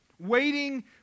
waiting